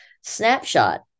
Snapshot